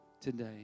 today